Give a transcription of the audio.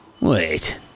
Wait